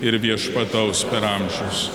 ir viešpataus per amžius